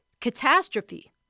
catastrophe